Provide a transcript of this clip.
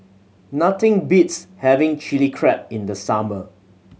nothing beats having Chili Crab in the summer